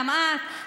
גם את,